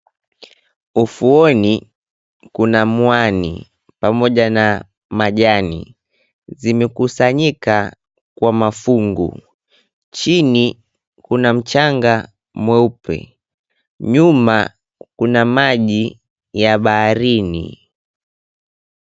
Ufuoni kuna mwani pamoja na majani zimekusanyika kwa mafungu, chini kuna mchanga mweupe nyuma kuna maji ya baharini.